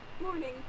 Morning